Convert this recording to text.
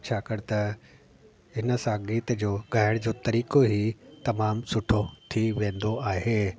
छाकाणि त हिन सां गीत जो ॻाइण जो तरीक़ो ई तमामु सुठो थी वेंदो आहे